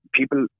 people